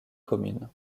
communes